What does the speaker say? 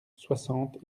soixante